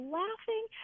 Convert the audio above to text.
laughing